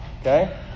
Okay